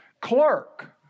clerk